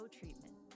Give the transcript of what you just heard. treatment